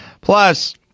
Plus